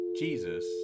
Jesus